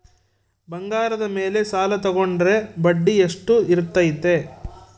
ಬಂಗಾರದ ಮೇಲೆ ಸಾಲ ತೋಗೊಂಡ್ರೆ ಬಡ್ಡಿ ಎಷ್ಟು ಇರ್ತೈತೆ?